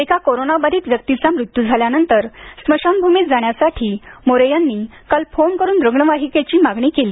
एका कोरोनाबाधित व्यक्तीचा मृत्यू झाल्यानंतर स्मशानभूमीत जाण्यासाठी मोरे यांनी काल फोन करून रुग्णवाहिकेची मागणी केली